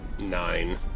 Nine